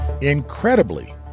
Incredibly